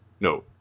No